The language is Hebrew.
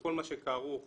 שכל מה שכרוך בפיקוח,